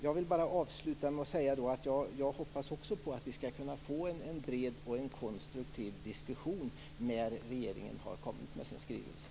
Jag vill då bara avsluta med att säga att jag också hoppas att vi ska få en bred och konstruktiv diskussion när regeringen har kommit med sin skrivelse.